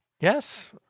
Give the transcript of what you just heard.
Yes